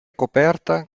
coperta